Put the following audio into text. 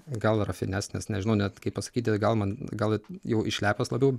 gal rafinesnis nežinau net kaip pasakyti gal man gal jau išlepęs labiau